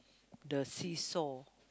the seesaw